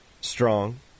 strong